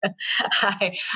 Hi